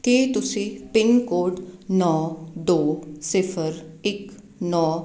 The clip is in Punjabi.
ਕੀ ਤੁਸੀਂ ਪਿੰਨ ਕੋਡ ਨੌ ਦੋ ਸਿਫਰ ਇੱਕ ਨੌ